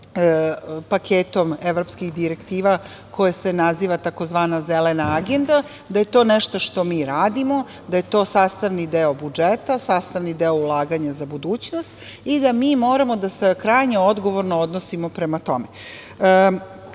paketom evropskih direktiva koji se naziva tzv. „zelena agenda“, da je to nešto što mi radimo, da je to sastavni deo budžeta, sastavni deo ulaganja za budućnost, i da mi moramo da se krajnje odgovorno odnosimo prema tome. Kada